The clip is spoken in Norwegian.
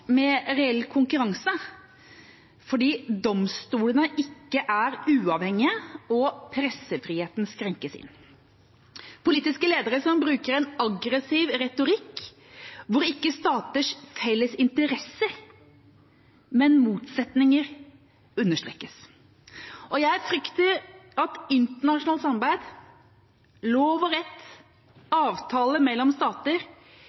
med reell konkurranse, for domstolene er ikke uavhengige, og pressefriheten innskrenkes. Politiske ledere bruker en aggressiv retorikk, hvor ikke staters felles interesser, men motsetninger understrekes. Jeg frykter at internasjonalt samarbeid, lov og rett og avtaler mellom stater